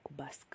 kubask